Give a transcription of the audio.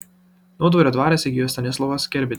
naudvario dvarą įsigijo stanislovas kerbedis